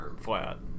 Flat